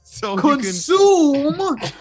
consume